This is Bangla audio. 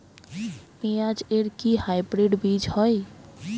পেঁয়াজ এর কি হাইব্রিড বীজ হয়?